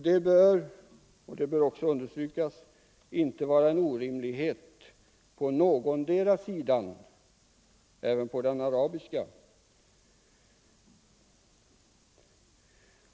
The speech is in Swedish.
Det bör — det skall också understrykas — inte vara en orimlighet för någondera sidan — inte heller den arabiska.